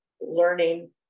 learning